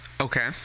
okay